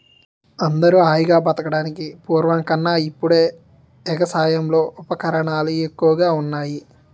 అందరూ హాయిగా బతకడానికి పూర్వం కన్నా ఇప్పుడే ఎగసాయంలో ఉపకరణాలు ఎక్కువగా ఉన్నాయ్